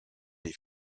des